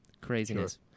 Craziness